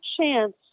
chance